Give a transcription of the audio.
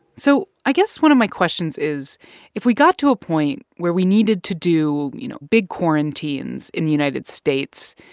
so i guess one of my questions is if we got to a point where we needed to do, you know, big quarantines in the united states,